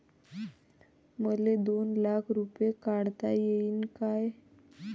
मले दोन लाख रूपे काढता येईन काय?